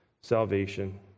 salvation